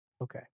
Okay